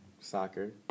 Soccer